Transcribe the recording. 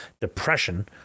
depression